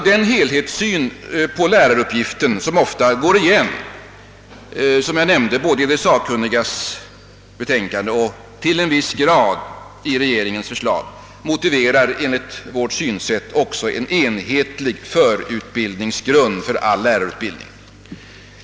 Den helhetssyn på läraruppgiften som ofta går igen både i de sakkunnigas betänkande och, till en viss grad, i regeringens förslag motiverar enligt vårt synsätt också en enhetlig förutbildningsgrund för all lärarutbildning.